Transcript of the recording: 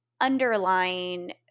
underlying